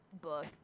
Book